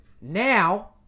Now